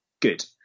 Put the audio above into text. good